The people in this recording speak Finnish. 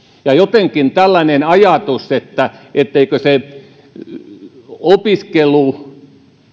jotenkin tällainen ajatus etteikö opiskelu